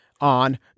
on